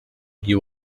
you